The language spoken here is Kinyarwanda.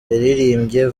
yaririmbye